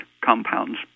compounds